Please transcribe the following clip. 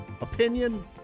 opinion